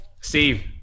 Steve